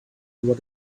what